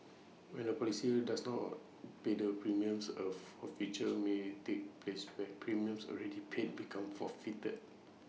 when A policyholder does not pay the premiums of A feature may ray take place where premiums already paid become forfeited